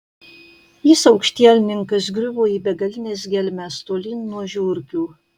jis aukštielninkas griuvo į begalines gelmes tolyn nuo žiurkių